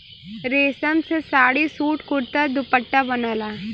रेशम से साड़ी, सूट, कुरता, दुपट्टा बनला